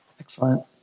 Excellent